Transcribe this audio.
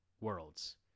worlds